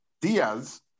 Diaz